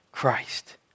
Christ